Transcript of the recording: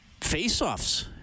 face-offs